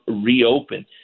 reopen